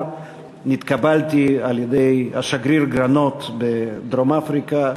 נתקבלתי על-ידי השגריר גרנות בדרום-אפריקה,